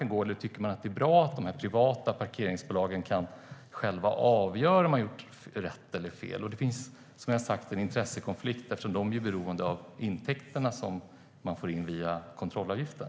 Eller tycker man att det är bra att de privata parkeringsbolagen själva kan avgöra om man har gjort rätt eller fel? Som jag sa finns det en intressekonflikt här eftersom bolagen är beroende av de intäkter som de får in via kontrollavgiften.